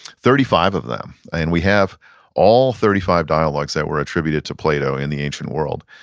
thirty five of them. and we have all thirty five dialogues that were attributed to plato in the ancient world,